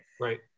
Right